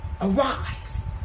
Arise